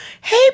hey